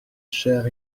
chair